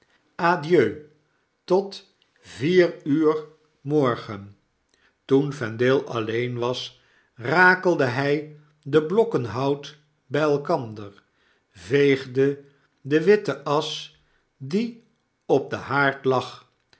adieu i tot vier uur morgen toen vendale alleen was rakelde hij de blokken hout bij elkander veegde de witte asch die op den haard